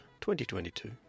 2022